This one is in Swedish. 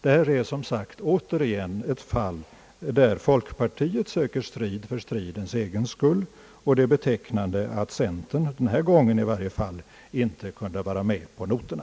Här har vi som sagt återigen ett fall där folkpartiet söker strid för stridens egen skull, och det är betecknande att centern, i varje fall den här gången, inte kunde vara med på noterna.